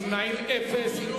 נמנעים, אין.